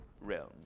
realm